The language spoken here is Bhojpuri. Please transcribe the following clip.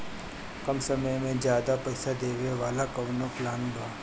कम समय में ज्यादा पइसा देवे वाला कवनो प्लान बा की?